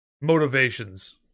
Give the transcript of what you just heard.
Motivations